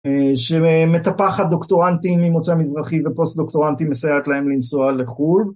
שמטפחת דוקטורנטים ממוצא מזרחי ופוסט דוקטורנטים מסייעת להם לנסוע לחו"ל.